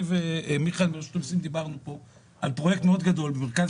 אני ומיכאל מרשות המיסים דיברנו פה על פרויקט מאוד גדול במרכז